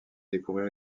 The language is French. découvrir